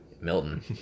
Milton